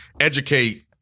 educate